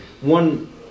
one